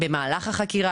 גם במהלך החקירה,